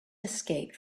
escaped